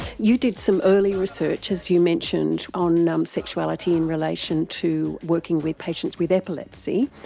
you did some early research, as you mentioned, on um sexuality in relation to working with patients with epilepsy.